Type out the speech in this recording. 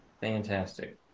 fantastic